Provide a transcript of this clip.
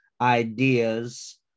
ideas